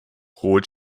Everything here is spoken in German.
rot